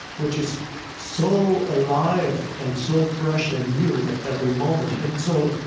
which is so alive and so fresh and new at every moment. and so,